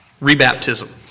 rebaptism